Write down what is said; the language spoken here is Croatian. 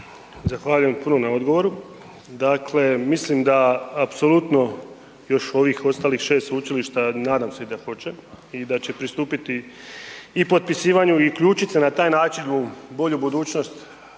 Zahvaljujem puno na odgovoru. Dakle, mislim da apsolutno još u ovih ostalih 6 sveučilišta, nadam se da hoće i da će pristupiti i potpisivanju i uključiti se na taj način u bolju budućnost